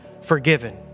forgiven